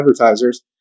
advertisers